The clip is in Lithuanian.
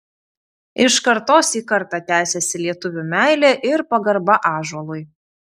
iš kartos į kartą tęsiasi lietuvių meilė ir pagarba ąžuolui